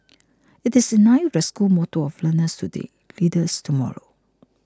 it is in line with the school motto of learners today leaders tomorrow